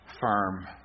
Firm